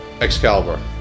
Excalibur